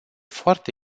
foarte